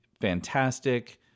fantastic